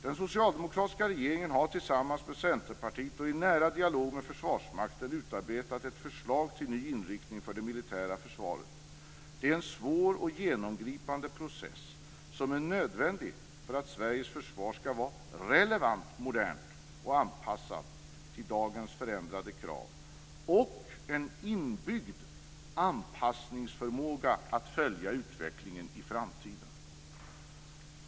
Den socialdemokratiska regeringen har tillsammans med Centerpartiet och i nära dialog med Försvarsmakten utarbetat ett förslag till ny inriktning för det militära försvaret. Det är en svår och genomgripande process, som är nödvändig för att Sveriges försvar ska vara relevant, modernt och anpassat till dagens förändrade krav samt ha en inbyggd anpassningsförmåga att följa utvecklingen i framtiden.